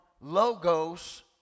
Logos